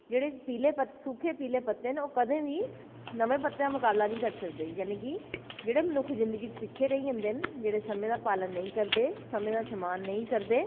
जेह्ड़े सूखे पीले पत्तर न ओह् नमें पत्तरें दा मुकाबला निं करी सकदे यानी की जेह्ड़े मनुक्ख जीवन च पिच्छें रेही जंदे न जेह्ड़े समें दा पालन नेईं करदे समें दा सम्मान नेईं करदे